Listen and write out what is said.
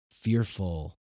fearful